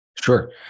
Sure